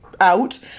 out